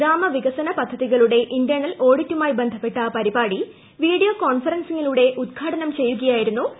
ഗ്രാമവികസന പദ്ധതികളുടെ ഇന്റേണൽ ഓഡിറ്റുമായി ബന്ധപ്പെട്ട പരിപാടി വീഡിയോ കോൺഫറൻസിംഗിലൂടെ ഉദ്ഘാടനം ചെയ്യുകയായിരുന്നു അദ്ദേഹം